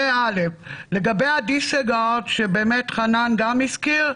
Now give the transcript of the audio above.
לגבי הדיסריגרד שחנן הזכיר,